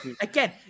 Again